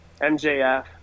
MJF